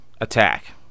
attack